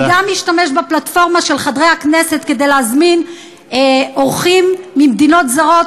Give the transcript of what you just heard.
וגם משתמש בפלטפורמה של חדרי הכנסת כדי להזמין אורחים ממדינות זרות,